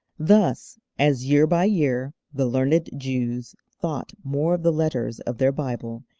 thus, as year by year the learned jews thought more of the letters of their bible,